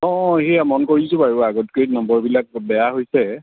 অঁ হেইয়া মন কৰিছো বাৰু আগতকৈ নম্বৰবিলাক বেয়া হৈছে